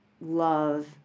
love